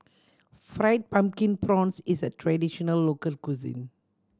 Fried Pumpkin Prawns is a traditional local cuisine